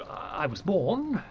i was born,